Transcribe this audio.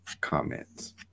comments